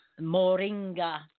Moringa